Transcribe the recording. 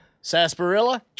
sarsaparilla